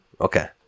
Okay